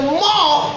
more